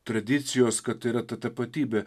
tradicijos kad tai yra ta tapatybė